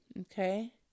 Okay